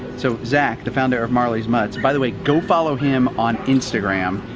so zach, the founder of marley's mutts. by the way, go follow him on instagram.